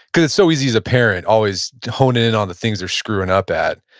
because it's so easy as a parent always to hone in on the things they're screwing up at.